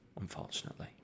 unfortunately